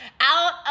out